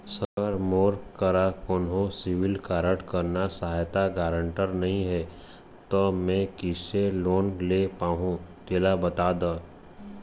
sir मोर करा कोन्हो सिविल रिकॉर्ड करना सहायता गारंटर नई हे ता मे किसे लोन ले पाहुं तेला बता दे